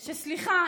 וסליחה,